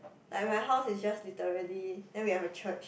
like my house is just literally then we have a church